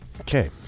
Okay